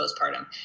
postpartum